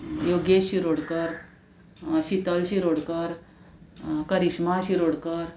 Yogesh Shirodkar Sheetal Shirodkar Karishma Shirodkar